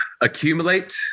Accumulate